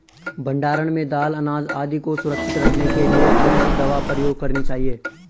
भण्डारण में दाल अनाज आदि को सुरक्षित रखने के लिए कौन सी दवा प्रयोग करनी चाहिए?